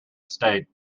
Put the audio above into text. estate